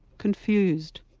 confused.